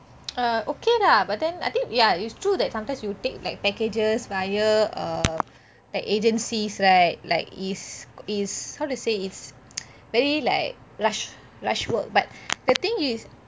err okay lah but then I think ya it's true that sometimes you take like packages via err like agencies right like is is how to say it's very like rushed rushed work but the thing is